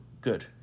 good